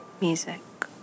Music